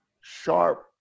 sharp